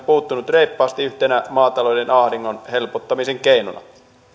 puuttunut reippaasti yhtenä maatalouden ahdingon helpottamisen keinona